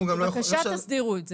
בבקשה, תסדירו את זה.